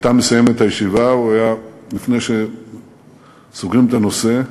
הייתה מסתיימת הישיבה, לפני שסוגרים את הנושא,